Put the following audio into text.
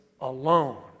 alone